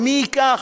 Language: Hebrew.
ומי ייקח,